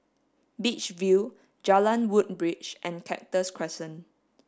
Beach View Jalan Woodbridge and Cactus Crescent